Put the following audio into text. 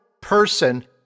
person